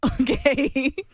okay